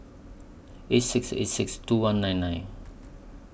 eight six eight six two one nine nine